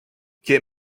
get